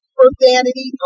profanity